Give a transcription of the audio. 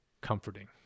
comforting